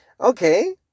okay